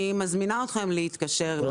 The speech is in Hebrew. אני מזמינה אתכם להתקשר.